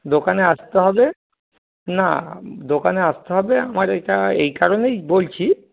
দোকানে আসতে হবে না দোকানে আসতে হবে আমার এটা এই কারণেই বলছি